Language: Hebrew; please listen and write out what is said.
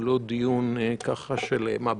הוא לא דיון של מה בכך.